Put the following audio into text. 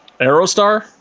Aerostar